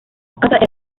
employment